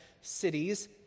cities